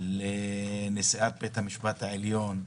לנשיאת בית המשפט העליון,